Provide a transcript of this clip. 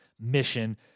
mission